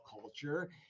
culture